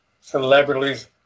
celebrities